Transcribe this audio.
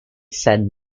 said